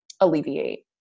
alleviate